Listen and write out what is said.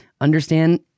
understand